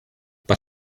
but